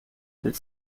del